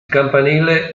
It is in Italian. campanile